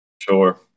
Sure